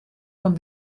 van